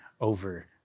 over